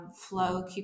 flow